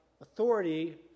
authority